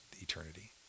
eternity